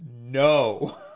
No